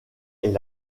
est